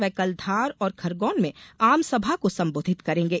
वे कल धार और खरगौन में आमसभा को संबोधित करेंगे